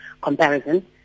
comparison